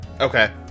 okay